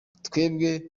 twebwe